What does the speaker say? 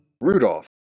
Rudolph